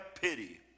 pity